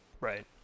Right